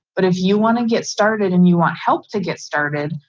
but if you want to get started, and you want help to get started,